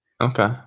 okay